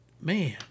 man